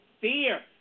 fear